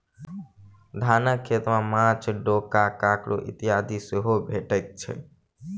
धानक खेत मे माँछ, डोका, काँकोड़ इत्यादि सेहो भेटैत छै